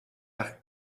nach